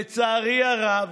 לצערי הרב,